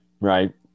Right